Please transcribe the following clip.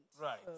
Right